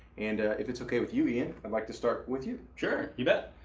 and if it's ok with you ian, i'd like to start with you. sure, you bet.